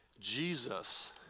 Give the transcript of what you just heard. Jesus